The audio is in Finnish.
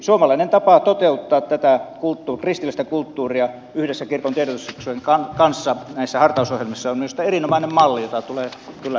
suomalainen tapa toteuttaa tätä kristillistä kulttuuria yhdessä kirkon tiedotusyksikön kanssa näissä hartausohjelmissa on minusta erinomainen malli jota tulee kyllä jatkaa